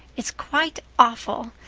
it's quite awful.